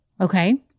okay